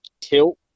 tilt